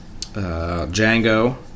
Django